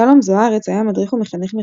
שלום זו-ארץ היה מדריך ומחנך מרתק.